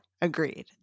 Agreed